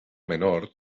menor